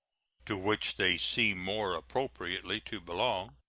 to which they seem more appropriately to belong,